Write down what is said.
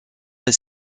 est